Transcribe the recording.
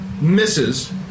Misses